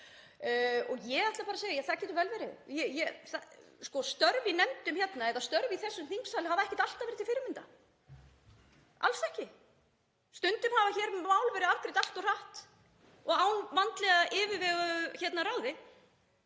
Ég ætla bara að segja að það getur vel verið. Störf í nefndum hérna eða störf í þessum þingsal hafa ekki alltaf verið til fyrirmyndar, alls ekki. Stundum hafa mál verið afgreidd allt of hratt og ekki að vandlega yfirveguðu ráði.